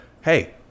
hey